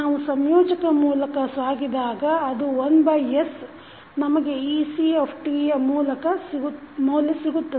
ನಾವು ಸಂಯೋಜಕ ಮೂಲಕ ಸಾಗಿದಾಗ ಅದು 1s ನಮಗೆ ec ಯ ಮೌಲ್ಯ ಸಿಗುತ್ತದೆ